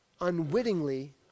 unwittingly